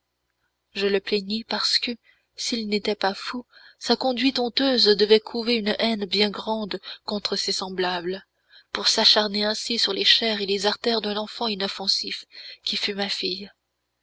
je le plaignis parce que s'il n'était pas fou sa conduite honteuse devait couver une haine bien grande contre ses semblables pour s'acharner ainsi sur les chairs et les artères d'un enfant inoffensif qui fut ma fille